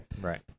Right